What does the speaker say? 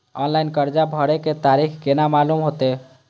Online कर्जा भरे के तारीख केना मालूम होते?